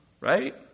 Right